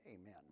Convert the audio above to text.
amen